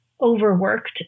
overworked